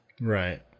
Right